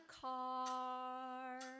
car